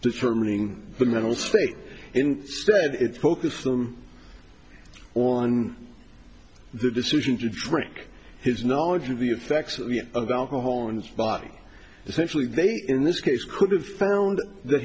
determining mental state in stead it focus them on the decision to drink his knowledge of the effects of alcohol in his body essentially they in this case